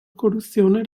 corruzione